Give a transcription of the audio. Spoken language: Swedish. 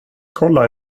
kolla